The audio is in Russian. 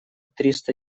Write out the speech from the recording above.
триста